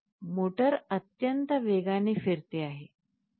पहा मोटार अत्यंत वेगाने फिरते आहे